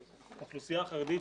האוכלוסייה החרדית